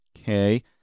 Okay